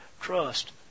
trust